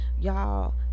y'all